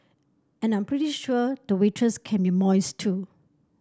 and I'm pretty sure the waitress can be moist too